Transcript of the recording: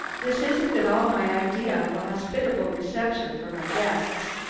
this isn't at all my idea of a hospitable reception for my guests.